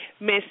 Miss